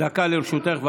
דקה לרשותך.